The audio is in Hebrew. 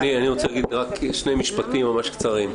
אני רוצה להגיד רק שני משפטים ממש קצרים.